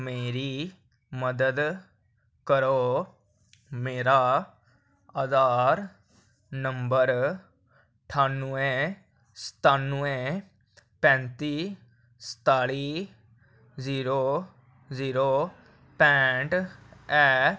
मेरी मदद करो मेरा आधार नंबर ठानुऐं सतानुऐं पैंती शताली जीरो जीरो पैंट ऐ